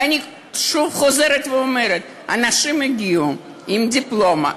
ואני שוב חוזרת ואומרת: אנשים הגיעו עם דיפלומה,